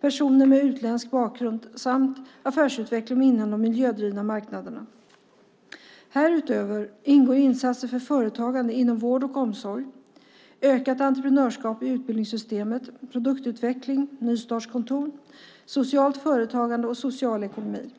personer med utländsk bakgrund samt affärsutveckling inom de miljödrivna marknaderna. Härutöver ingår insatser för företagande inom vård och omsorg, ett ökat entreprenörskap i utbildningssystemet, produktutveckling, nystartskontor, socialt företagande och social ekonomi.